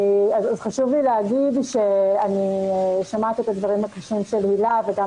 חשוב לי לומר שאני שומעת את הדברים הקשים של הילה וגם